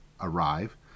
arrive